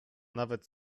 nawet